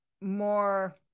more